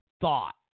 thought